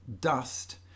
dust